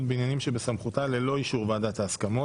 בעניינים שבסמכותה ללא אישור ועדת ההסכמות.